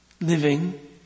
living